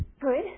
Good